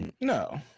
No